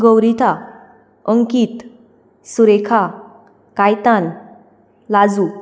गौरिता अंकीत सुरेखा कायतान लाजू